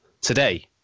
today